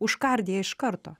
užkardė iš karto